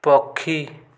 ପକ୍ଷୀ